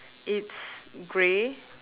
it's grey